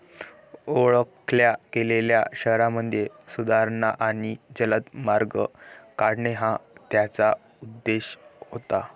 ओळखल्या गेलेल्या शहरांमध्ये सुधारणा आणि जलद मार्ग काढणे हा त्याचा उद्देश होता